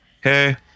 hey